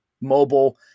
mobile